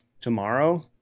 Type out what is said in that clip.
tomorrow